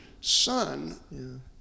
son